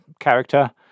character